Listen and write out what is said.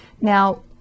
Now